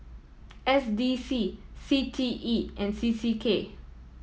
S D C C T E and C C K